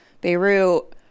Beirut